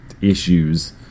issues